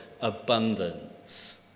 abundance